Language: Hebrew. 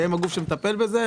הם הגוף שמטפל בזה.